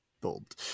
bold